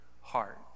heart